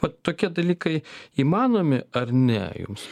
va tokie dalykai įmanomi ar ne jums